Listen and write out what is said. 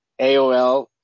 aol